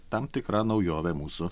tam tikra naujovė mūsų